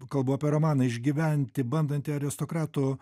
kalbu apie romaną išgyventi bandanti aristokratų